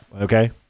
Okay